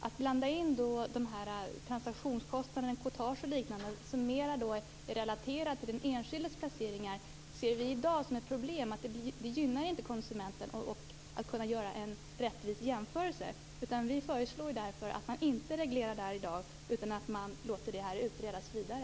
Att blanda in transaktionskostnader, courtage och liknande, som mer är relaterade till den enskildes placeringar, ser vi i dag som ett problem. Det gynnar inte konsumenten så att han eller hon skall kunna göra en rättvis jämförelse. Vi föreslår därför att man inte reglerar detta i dag utan att man låter detta utredas vidare.